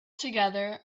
together